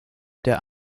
der